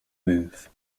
move